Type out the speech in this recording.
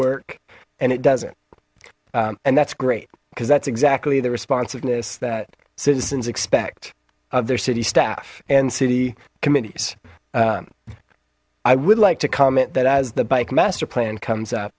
work and it doesn't and that's great because that's exactly the responsiveness that citizens expect of their city staff and city committees i would like to comment that as the bike master plan comes up